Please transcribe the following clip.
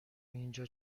اینجا